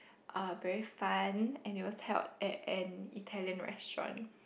uh very fun and it was held at an Italian restaurant